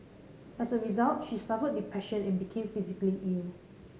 as a result she suffered depression and became physically ill